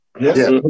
Yes